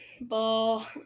ball